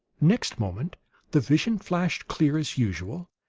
next moment the vision flashed clear, as usual,